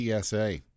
TSA